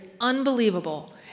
unbelievable